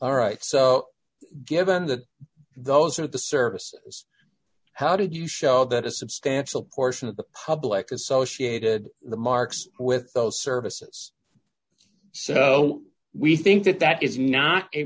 alright so given that those are the services how did you show that a substantial portion of the public associated the marks with those services so we think that that is not a